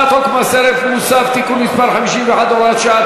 חוק מס ערך מוסף (תיקון מס' 51 והוראת שעה),